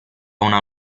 una